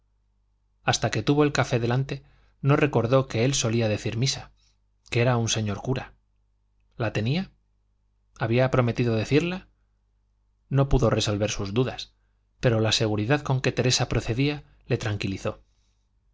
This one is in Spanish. hasta que tuvo el café delante no recordó que él solía decir misa que era un señor cura la tenía había prometido decirla no pudo resolver sus dudas pero la seguridad con que teresa procedía le tranquilizó